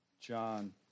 John